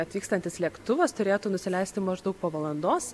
atvykstantis lėktuvas turėtų nusileisti maždaug po valandos